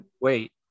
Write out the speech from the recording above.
wait